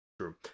True